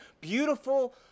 beautiful